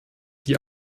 die